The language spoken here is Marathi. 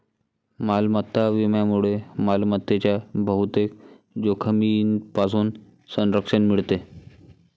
मालमत्ता विम्यामुळे मालमत्तेच्या बहुतेक जोखमींपासून संरक्षण मिळते